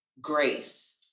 grace